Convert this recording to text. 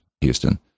Houston